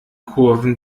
kurven